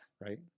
right